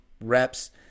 reps